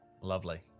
lovely